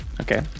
Okay